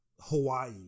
Hawaii